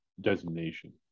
designation